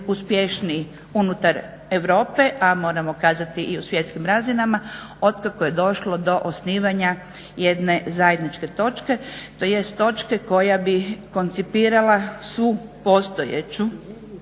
uspješniji unutar Europe, a moramo kazati i u svjetskim razinama od kako je došlo do osnivanja jedne zajedničke točke, tj. točke koja bi koncipirala svu postojeću